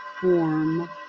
form